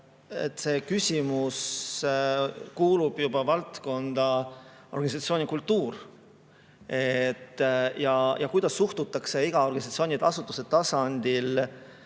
see küsimus kuulub juba valdkonda "organisatsioonikultuur". Oleneb, kuidas suhtutakse iga organisatsiooni või asutuse tasandil